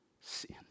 sin